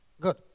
Good